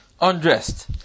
undressed